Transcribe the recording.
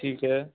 ਠੀਕ ਹੈ